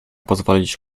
pozwolić